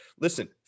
listen